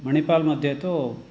मणिपाल् मध्ये तु